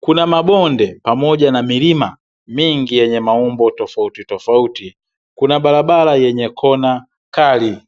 kuna mabonde pamoja na milima mingi yenye maumbo tofautitofauti, kuna barabara yenye kona kali.